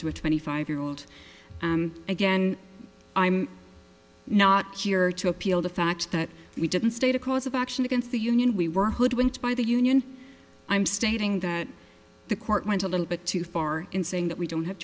to a twenty five year old again i'm not here to appeal the fact that we didn't state a cause of action against the union we were hoodwinked by the union i'm stating that the court went a little bit too far in saying that we don't have